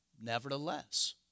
nevertheless